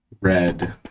red